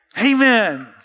Amen